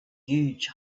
huge